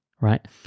Right